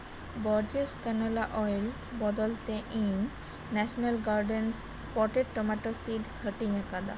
ᱵᱚᱨᱡᱮᱥ ᱠᱟᱱᱟᱞᱟ ᱚᱭᱮᱞ ᱵᱚᱫᱚᱞᱛᱮ ᱤᱧ national garden potato tomato seed ᱦᱟᱹᱴᱤᱧ ᱟᱠᱟᱫᱟ